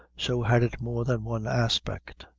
so had it more than one aspect.